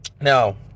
Now